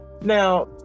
Now